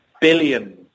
billions